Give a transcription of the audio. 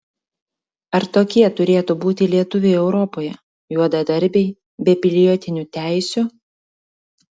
ar tokie turėtų būti lietuviai europoje juodadarbiai be pilietinių teisių